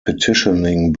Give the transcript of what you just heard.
petitioning